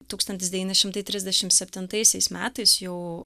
tūkstantis devyni šimtai trisdešim septintaisiais metais jau